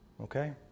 Okay